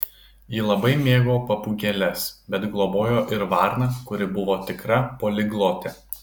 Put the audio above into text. ji labai mėgo papūgėles bet globojo ir varną kuri buvo tikra poliglotė